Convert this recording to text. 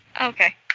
Okay